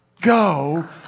go